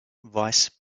vice